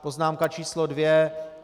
Poznámka č. 2.